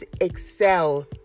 excel